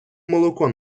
молоко